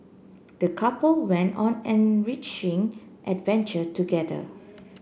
the couple went on enriching adventure together